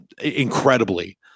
incredibly